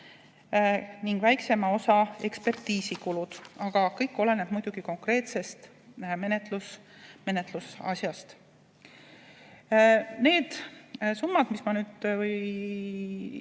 ning väiksema osa ekspertiisikulud. Aga kõik oleneb muidugi konkreetsest menetlusasjast. Need summad, mis ma nüüd